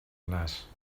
nas